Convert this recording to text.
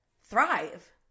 thrive